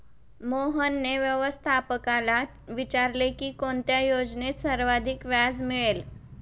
मोहनने व्यवस्थापकाला विचारले की कोणत्या योजनेत सर्वाधिक व्याज मिळेल?